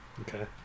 Okay